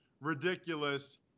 ridiculous